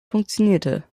funktionierte